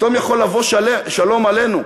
פתאום יכול לבוא שלום עלינו.